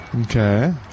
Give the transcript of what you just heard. Okay